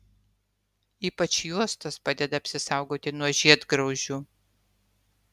ypač juostos padeda apsisaugoti nuo žiedgraužių